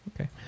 Okay